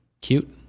Cute